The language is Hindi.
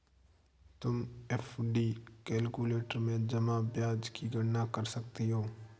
तुम एफ.डी कैलक्यूलेटर में जमा ब्याज की गणना कर सकती हो